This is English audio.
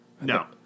No